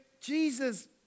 Jesus